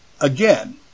Again